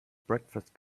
breakfast